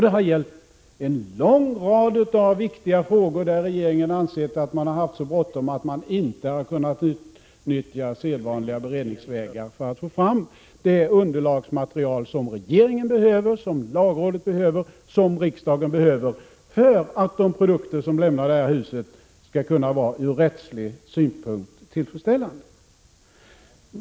Det har gällt en lång rad av viktiga frågor där regeringen har ansett att det varit så bråttom att man inte har kunnat utnyttja sedvanliga beredningsvägar för att få fram det underlagsmaterial som regeringen behöver, som lagrådet behöver och som riksdagen behöver för att de produkter som lämnar detta hus skall vara ur rättslig synpunkt tillfredsställande.